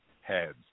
heads